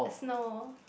snow